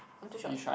I'm too short